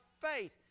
faith